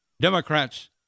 Democrats